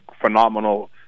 phenomenal